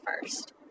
first